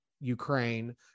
Ukraine